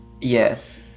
Yes